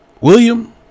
William